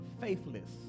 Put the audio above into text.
faithless